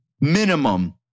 minimum